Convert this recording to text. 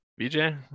BJ